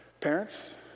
parents